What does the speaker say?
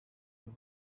you